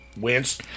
wince